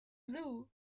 zoo